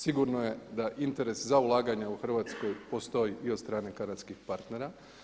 Sigurno je da interes za ulaganja u Hrvatskoj postoji i od strane kanadskih partnera.